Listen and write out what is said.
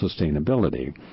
sustainability